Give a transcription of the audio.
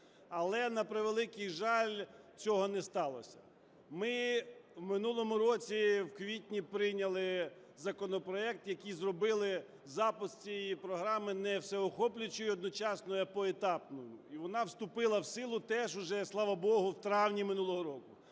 але, на превеликий жаль, цього не сталося. Ми в минулому році в квітні прийняли законопроект, яким зробили запуск цієї програми не всеохоплюючою одночасно, а поетапною, і вона вступила в силу теж уже, слава богу, в травні минулого року.